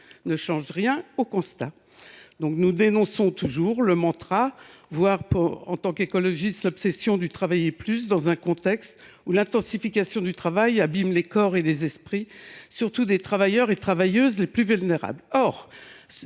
ne change rien au constat. Nous dénonçons toujours le mantra, voire, en tant qu’écologistes, l’obsession du « travailler plus », dans un contexte où l’intensification du travail abîme les corps et les esprits, surtout ceux des travailleurs et des travailleuses les plus vulnérables.